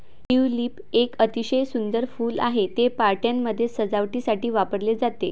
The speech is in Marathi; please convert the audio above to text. ट्यूलिप एक अतिशय सुंदर फूल आहे, ते पार्ट्यांमध्ये सजावटीसाठी वापरले जाते